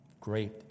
great